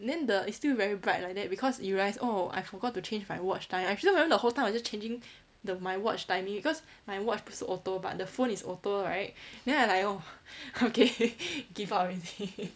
then the it's still very bright like that because you realise oh I forgot to change my watch time I still remember the whole time I was just changing the my watch timing because my watch 不是 auto but the phone is auto right then I like oh okay give up already